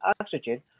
oxygen